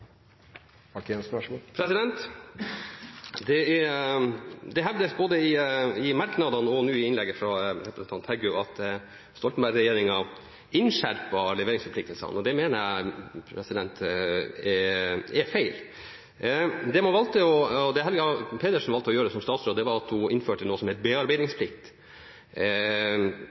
hevdes – både i merknadene og i innlegget fra representanten Heggø – at Stoltenberg-regjeringen innskjerpet leveringsforpliktelsene. Det mener jeg er feil. Det Helga Pedersen valgte å gjøre som statsråd, var at hun innførte noe som